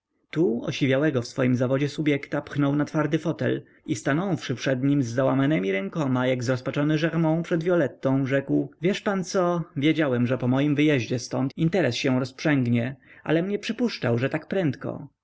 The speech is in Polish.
tu osiwiałego w swoim zawodzie subjekta pchnął na twardy fotel i stanąwszy przed nim z załamanemi rękoma jak zrozpaczony germont przed violettą rzekł wiesz pan co wiedziałem że po moim wyjeździe ztąd interes się rozprzęgnie alem nie przypuszczał że tak prędko